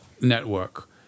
network